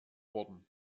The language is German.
worden